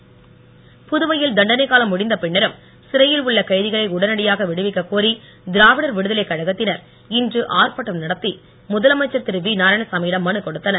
கை புதுவையில் தண்டனைக் காலம் முடிந்த பின்னரும் சிறையில் உள்ள கைதிகளை உடனடியாக விடுவிக்க கோரி திராவிடர் விடுதலைக் கழகத்தினர் இன்று ஆர்ப்பாட்டம் நடத்தி முதலமைச்சர் திரு வி நாராயணசாமியிடம் மனு கொடுத்தனர்